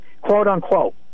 quote-unquote